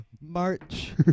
March